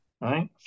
right